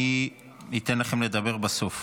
אני אתן לכם לדבר בסוף,